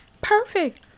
Perfect